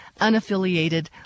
unaffiliated